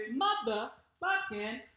motherfucking